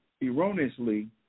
erroneously